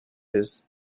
his